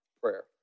prayer